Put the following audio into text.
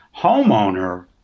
homeowner